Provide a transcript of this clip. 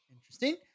interesting